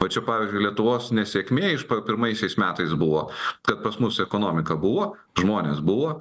va čia pavyzdžiui lietuvos nesėkmė pirmaisiais metais buvo kad pas mus ekonomika buvo žmonės buvo